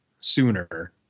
sooner